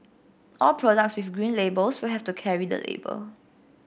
all products with Green Labels will have to carry the label